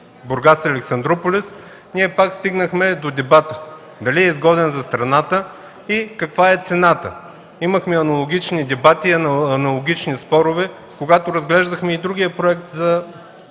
„Бургас - Александруполис”, пак стигнахме до дебата – изгоден ли е за страната и каква е цената? Имахме аналогични дебати и аналогични спорове, когато разглеждахме и другия проект с